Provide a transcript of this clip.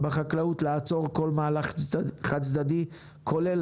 בחקלאות לעצור כל מהלך חד צדדי כולל